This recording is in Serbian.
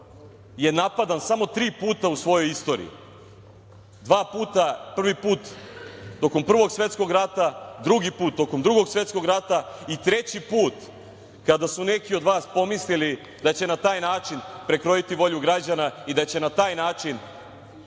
je napadan samo tri puta u svojoj istoriji. Prvi put tokom Prvog svetskog rata, drugi put tokom Drugog svetskog rata i treći put kada su neki od vas pomislili da će na taj način prekrojiti volju građana i da će na taj način